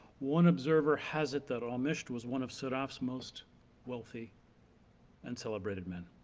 one observer has it that ramisht was one of siraf's most wealthy and celebrated men.